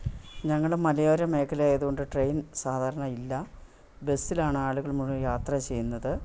ഞങ്ങൾ മലയോര മേഖല ആയതുകൊണ്ട് ട്രേയ്ൻ സാധാരണ ഇല്ല ബസ്സിലാണ് ആളുകൾ മുഴുവൻ യാത്ര ചെയ്യുന്നത്